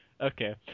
Okay